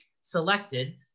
selected